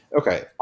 Okay